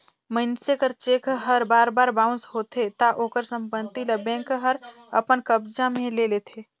मइनसे कर चेक हर बार बार बाउंस होथे ता ओकर संपत्ति ल बेंक हर अपन कब्जा में ले लेथे